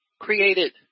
created